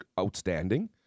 outstanding